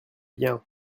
bien